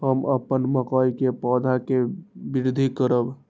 हम अपन मकई के पौधा के वृद्धि करब?